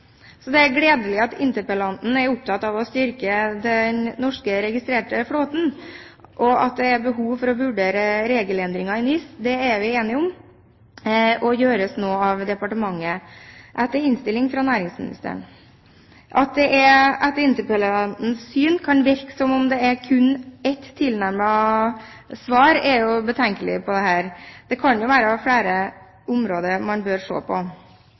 Det er gledelig at interpellanten er opptatt av å styrke den norskregistrerte flåten. At det er behov for å vurdere regelendringer i NIS, er vi enige om, og det gjøres nå av departementet etter innstilling fra næringsministeren. At det etter interpellantens syn kan virke som om det kun er ett tilnærmet svar, er jo betenkelig. Det kan jo være flere områder man bør se på.